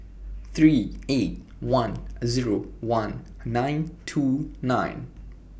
three eight one Zero one nine two nine